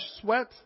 sweat